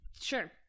Sure